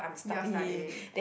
you are studying